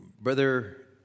Brother